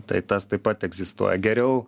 tai tas taip pat egzistuoja geriau